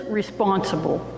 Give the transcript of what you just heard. responsible